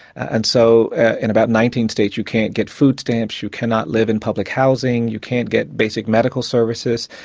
and so in about nineteen states you can't get food stamps, you cannot live in public housing, you can't get basic medical services,